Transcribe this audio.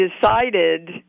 decided